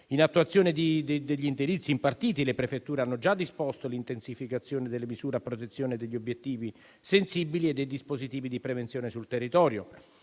In attuazione degli indirizzi impartiti, le prefetture hanno già disposto l'intensificazione delle misure a protezione degli obiettivi sensibili e dei dispositivi di prevenzione sul territorio.